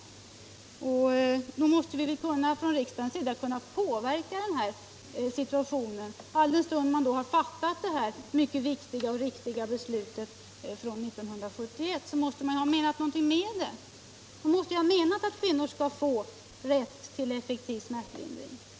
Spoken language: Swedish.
Nog måste riksdagen kunna påverka den här situationen, alldenstund vi har fattat det mycket viktiga och riktiga beslutet 1971. Man måste ha menat något med det. Man måste ju ha menat att kvinnor skall få rätt till effektiv smärtlindring.